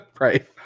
Right